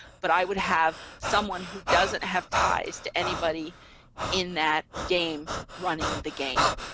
but i would have someone who doesn't have ties to anybody in that game running the game.